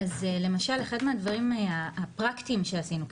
אז למשל אחד מהדברים הפרקטיים שעשינו,